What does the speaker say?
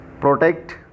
protect